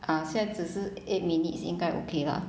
ah 现在只是 eight minutes 应该 okay lah